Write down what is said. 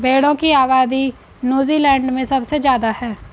भेड़ों की आबादी नूज़ीलैण्ड में सबसे ज्यादा है